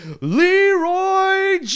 Leroy